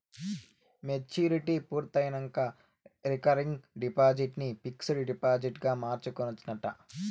maturity పూర్తయినంక recurring deposit ని fixed డిపాజిట్గ మార్చుకోవచ్చునంట